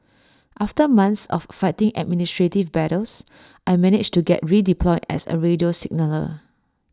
after months of fighting administrative battles I managed to get redeployed as A radio signaller